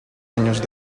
años